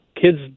kids